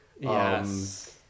Yes